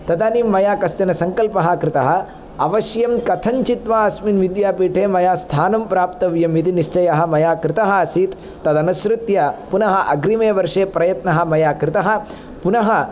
तदानीं मया कश्चन सङ्कल्पः कृतः अवश्यं कथञ्चित् वा अस्मिन् विद्यापीठे मया स्थानं प्राप्तव्यं इति निश्चयः मया कृतः आसीत् तदनुसृत्य पुनः अग्रिमे वर्षे प्रयत्नः मया कृतः पुनः